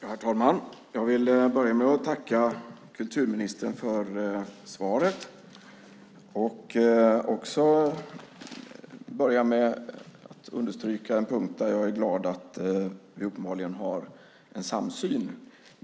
Herr talman! Jag vill börja med att tacka kulturministern för svaret och också understryka en punkt där jag är glad att vi uppenbarligen har en samsyn.